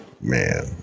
Man